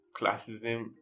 classism